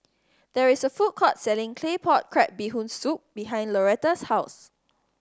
there is a food court selling Claypot Crab Bee Hoon Soup behind Lauretta's house